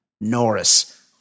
Norris